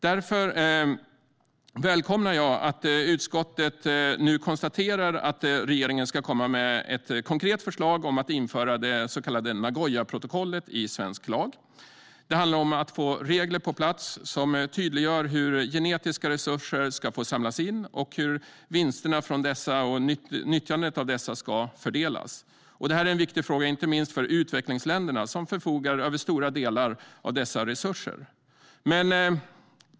Därför välkomnar jag att utskottet nu konstaterar att regeringen ska komma med ett konkret förslag om att införa det så kallade Nagoyaprotokollet i svensk lag. Det handlar om att få regler på plats som tydliggör hur genetiska resurser ska få samlas in och hur vinsterna från och nyttjandet av dessa ska fördelas. Det är en viktig fråga inte minst för utvecklingsländerna, som förfogar över stora delar av dessa resurser.